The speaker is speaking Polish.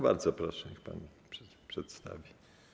Bardzo proszę, niech pan przedstawi.